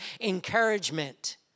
encouragement